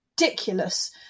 ridiculous